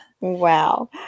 Wow